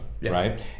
right